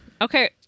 Okay